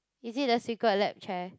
is it a secret lab chair